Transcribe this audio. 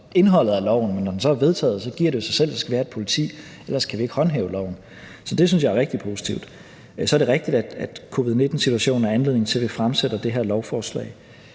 indholdet af loven, men når den så er vedtaget, giver det sig selv, at så skal vi have et politi – ellers kan vi ikke håndhæve loven. Så det synes jeg er rigtig positivt. Så er det rigtigt, at covid-19-situationen er anledningen til, at vi fremsætter det her lovforslag.